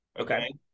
Okay